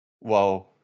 Wow